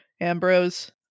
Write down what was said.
Ambrose